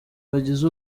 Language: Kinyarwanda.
bagize